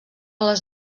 les